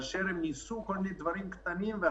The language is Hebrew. בהתחלה ניסו כל מיני דברים קטנים אבל